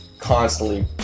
constantly